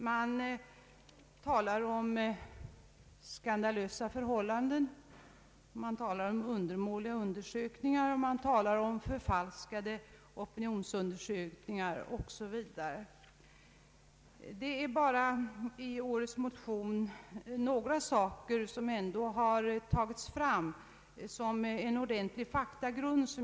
Man talar om skandalösa förhållanden och undermåliga undersökningar, om förfalskade opinionsundersökningar 0: Sö: Vi I årets motion har visserligen några faktorer tagits fram som kan ge en bättre faktagrund.